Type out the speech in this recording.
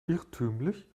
irrtümlich